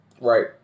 Right